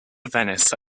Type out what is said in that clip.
venice